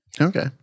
Okay